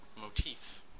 motif